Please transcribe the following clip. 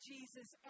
Jesus